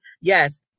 Yes